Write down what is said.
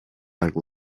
like